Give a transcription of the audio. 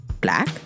black